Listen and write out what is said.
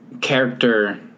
character